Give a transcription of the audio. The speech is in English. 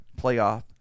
playoff